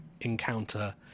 encounter